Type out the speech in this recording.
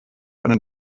eine